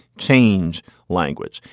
change language.